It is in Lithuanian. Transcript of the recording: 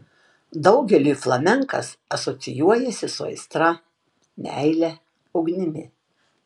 daugeliui flamenkas asocijuojasi su aistra meile ugnimi